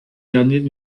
derniers